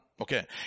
okay